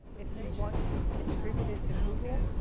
if you want to contribute it to google,